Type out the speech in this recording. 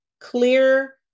clear